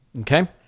Okay